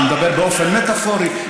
אני מדבר באופן מטפורי,